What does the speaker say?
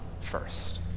first